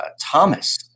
Thomas